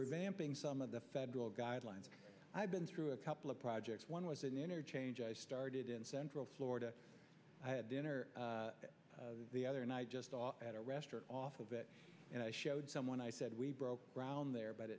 revamping some of the federal guidelines i've been through a couple of projects one was an interchange i started in central florida i had dinner the other night i just saw at a restaurant off of it and i showed someone i said we broke ground there but